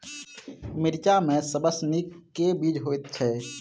मिर्चा मे सबसँ नीक केँ बीज होइत छै?